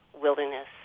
wilderness